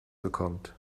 bekommt